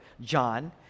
John